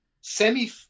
semi